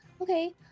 okay